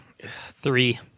Three